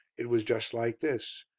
it was just like this.